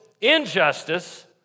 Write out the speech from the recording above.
injustice